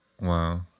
wow